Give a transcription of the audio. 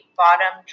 bottom